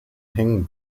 hängen